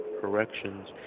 Corrections